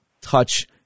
touch